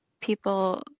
people